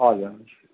हजुर